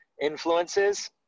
influences